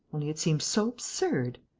only it seems so absurd.